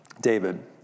David